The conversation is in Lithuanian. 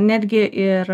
netgi ir